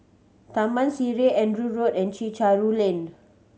Taman Sireh Andrew Road and Chencharu Lane